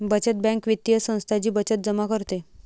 बचत बँक वित्तीय संस्था जी बचत जमा करते